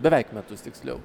beveik metus tiksliau